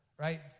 Right